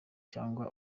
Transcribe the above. cyangwa